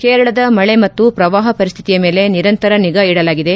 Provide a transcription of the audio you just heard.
ಕೇರಳದ ಮಳೆ ಮತ್ತು ಪ್ರವಾಹ ಪರಿಸ್ಥಿತಿಯ ಮೇಲೆ ನಿರಂತರ ನಿಗಾ ಇಡಲಾಗಿದೆ